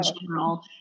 general